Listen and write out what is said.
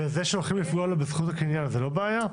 וזה שהולכים לפגוע בזכות הקניין זה לא בעיה?